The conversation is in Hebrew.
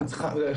כיוון שאין תרופה,